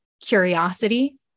curiosity